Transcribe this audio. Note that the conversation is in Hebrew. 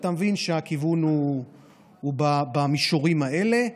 אתה מבין שהכיוון הוא במישורים האלה.